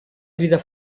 grida